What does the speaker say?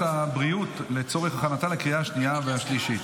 הבריאות לצורך הכנתה לקריאה השנייה והשלישית.